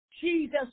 Jesus